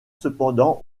cependant